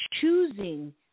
choosing